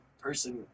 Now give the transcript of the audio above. person